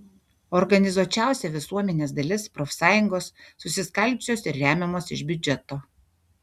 organizuočiausia visuomenės dalis profsąjungos susiskaldžiusios ir remiamos iš biudžeto